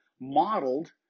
modeled